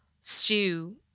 stew